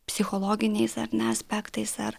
psichologiniais ar ne aspektais ar